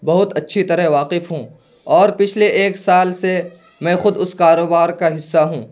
بہت اچھی طرح واقف ہوں اور پچھلے ایک سال سے میں خود اس کاروبار کا حصہ ہوں